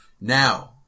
Now